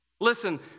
Listen